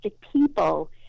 people